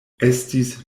estis